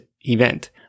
event